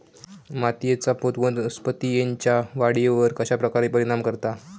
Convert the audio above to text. मातीएचा पोत वनस्पतींएच्या वाढीवर कश्या प्रकारे परिणाम करता?